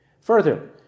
further